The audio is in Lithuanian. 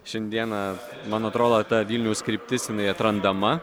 šiandieną man atrodo ta vilniaus kryptis jinai atrandama